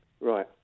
Right